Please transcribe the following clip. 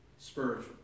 Spiritual